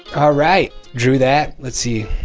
ah right, drew that, let's see.